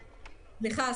סליחה.